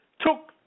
took